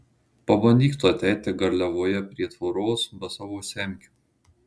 pabandyk tu ateiti garliavoje prie tvoros be savo semkių